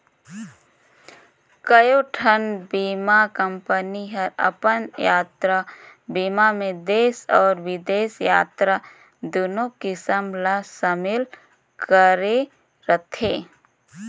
कयोठन बीमा कंपनी हर अपन यातरा बीमा मे देस अउ बिदेस यातरा दुनो किसम ला समिल करे रथे